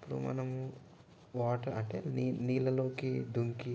ఇప్పుడు మనము వాటర్ అంటే నీళ్ళలోకి దూకి